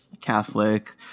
Catholic